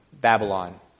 Babylon